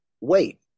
wait